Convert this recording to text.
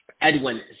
Edwin